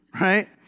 right